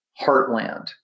heartland